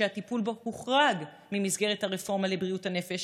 שהטיפול בו הוחרג ממסגרת הרפורמה לבריאות הנפש,